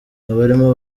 abarimo